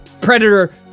Predator